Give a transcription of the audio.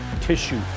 tissue